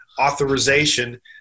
authorization